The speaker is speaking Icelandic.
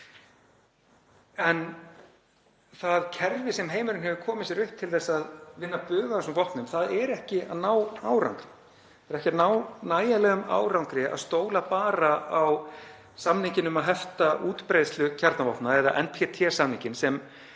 en það kerfi sem heimurinn hefur komið sér upp til að vinna bug á þessum vopnum er ekki að ná árangri. Það hefur ekki náðst nægjanlegur árangur með því að stóla bara á samninginn um að hefta útbreiðslu kjarnavopna, NPT-samninginn, sem